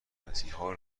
مسیحا